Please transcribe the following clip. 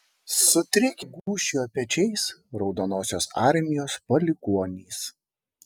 sutrikę gūžčiojo pečiais raudonosios armijos palikuonys